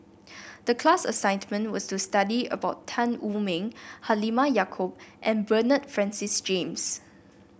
the class assignment was to study about Tan Wu Meng Halimah Yacob and Bernard Francis James